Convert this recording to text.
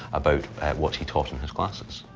about what he taught in his classes.